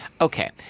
Okay